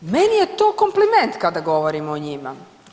Meni je to kompliment kada govorim o njima.